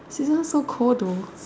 season so cold to